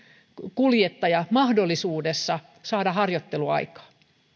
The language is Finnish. kuljettaja mahdollisuudessa saada harjoitteluaikaa